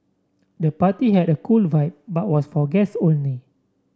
the party had a cool vibe but was for guests only